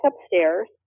upstairs